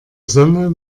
sonne